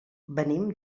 venim